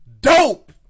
Dope